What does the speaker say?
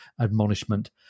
admonishment